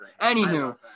Anywho